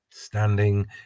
standing